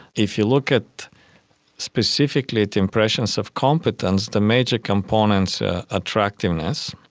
if you look at specifically impressions of competence, the major components are attractiveness.